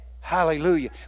Hallelujah